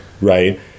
right